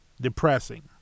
depressing